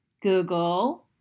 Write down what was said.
Google